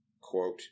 quote